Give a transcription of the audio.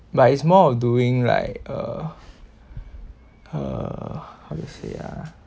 but it's more of doing like uh uh how to say ah